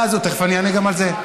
תכף אני אענה גם על זה.